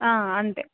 అంతే